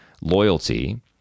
loyalty